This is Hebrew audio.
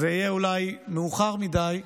זה יהיה אולי מאוחר מדי,